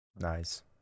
Nice